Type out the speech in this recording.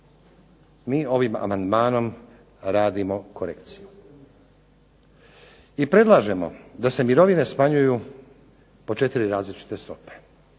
mi ovim amandmanom radimo korekciju i predlažemo da se mirovine smanjuju po četiri različite stope,